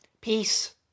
peace